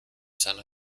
seiner